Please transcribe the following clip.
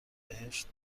بهشت